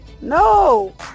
no